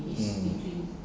mm